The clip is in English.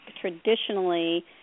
traditionally